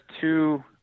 two